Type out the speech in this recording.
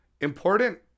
Important